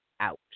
out